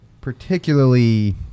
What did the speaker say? particularly